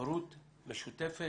הורות משותפת,